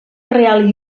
real